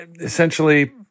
essentially